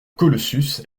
colossus